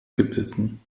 gebissen